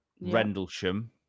Rendlesham